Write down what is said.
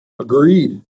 Agreed